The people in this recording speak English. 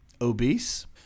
obese